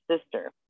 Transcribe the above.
sister